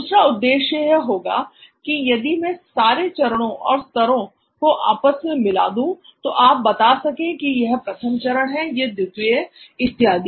दूसरा उद्देश्य यह होगा कि यदि मैं सारे चरणों और स्तरों आपस में मिला दूँ तो आप बता सके कि यह प्रथम चरण है यह द्वितीय इत्यादि